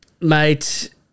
Mate